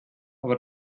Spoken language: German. aber